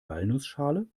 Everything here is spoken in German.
walnussschale